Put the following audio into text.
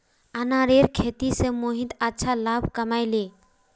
अनारेर खेती स मोहित अच्छा लाभ कमइ ले